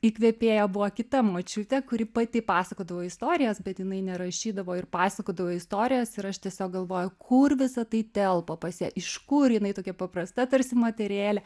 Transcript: įkvėpėja buvo kita močiute kuri pati pasakodavo istorijas bet jinai nerašydavo ir pasakodavo istorijas ir aš tiesiog galvoju kur visa tai telpa pas ją iš kur jinai tokia paprasta tarsi moterėlė